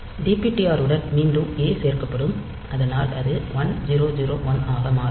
dptr உடன் மீண்டும் ஏ சேர்க்கப்படும் அதனால் அது 1001 ஆக மாறும்